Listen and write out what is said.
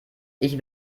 ich